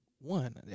one